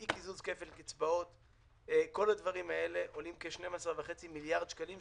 אי קיזוז כפל קצבאות - כל הדברים האלה עולים כ-12.5 מיליארד שקלים,